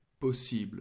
possible